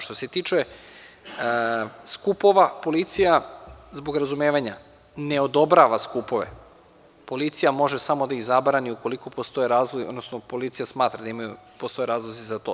Što se tiče skupova policija zbog razumevanja, ne odobrava skupove, policija može samo da ih zabrani ukoliko postoje razlozi, odnosno policija smatra da imaju, postoje razlozi za to.